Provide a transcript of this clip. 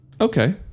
Okay